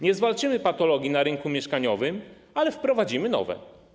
Nie zwalczymy patologii na rynku mieszkaniowym, ale wprowadzimy nowe.